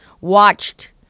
watched